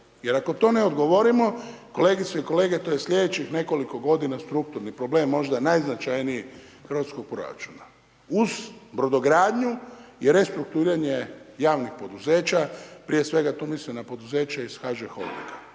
jer ako to ne odgovorimo, kolegice i kolege, to je slijedećih nekoliko godina strukturni problem, možda najznačajniji hrvatskog proračuna uz brodogradnju i restrukturiranje javnih poduzeća, prije svega tu mislim na poduzeće iz HŽ holdinga.